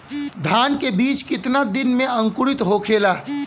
धान के बिज कितना दिन में अंकुरित होखेला?